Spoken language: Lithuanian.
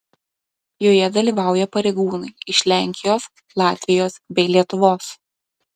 joje dalyvauja pareigūnai iš lenkijos latvijos bei lietuvos